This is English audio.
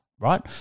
right